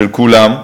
של כולם.